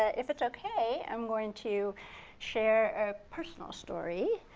ah if it's okay, i'm going to share a personal story.